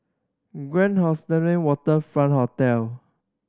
Grand Waterfront Hotel